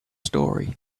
story